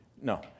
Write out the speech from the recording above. No